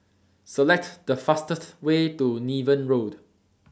Select The fastest Way to Niven Road